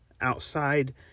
outside